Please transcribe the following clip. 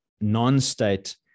non-state